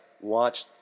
watch